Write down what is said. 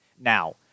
Now